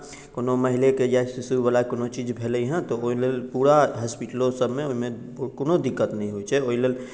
कओनो महिलेके या शिशु बला कओन चीज भेलैया तऽ ओहि लेल पूरा होस्पिटलो सबमे ओहिमे कओनो दिक्कत हि होइत छै ओहि लेल